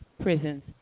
prisons